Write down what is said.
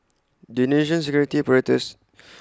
the Indonesian security apparatus